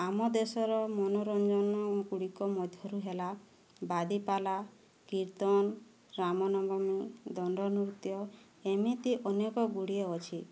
ଆମ ଦେଶର ମନୋରଞ୍ଜନ ଗୁଡ଼ିକ ମଧ୍ୟରୁ ହେଲା ବାଦୀପାଲା କୀର୍ତ୍ତନ ରାମନବମୀ ଦଣ୍ଡନୃତ୍ୟ ଏମିତି ଅନେକ ଗୁଡ଼ିଏ ଅଛି